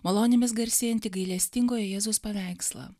malonėmis garsėjantį gailestingojo jėzaus paveikslą